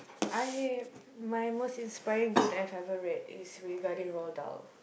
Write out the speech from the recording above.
I hear my most inspiring that I have ever read is regarding Roald-Dahl